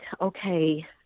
okay